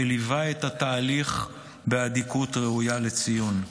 שליווה את התהליך באדיקות ראויה לציון.